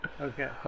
Okay